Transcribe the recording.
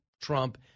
Trump